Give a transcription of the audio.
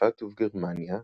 בצרפת ובגרמניה,